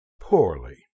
poorly